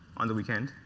on the weekend.